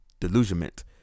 delusionment